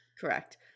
Correct